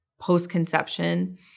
post-conception